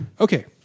Okay